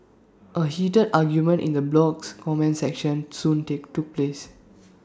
A heated argument in the blog's comment section soon take took place